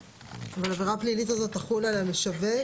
העבירה הפלילית הזאת תחול על המשווק.